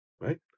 right